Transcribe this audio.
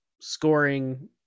scoring